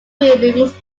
buildings